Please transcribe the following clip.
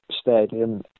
stadium